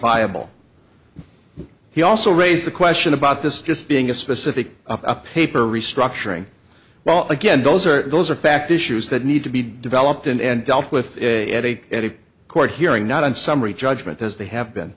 viable he also raised the question about this just being a specific paper restructuring well again those are those are fact issues that need to be developed and dealt with at a at a court hearing not in summary judgment as they have